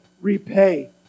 repay